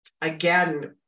again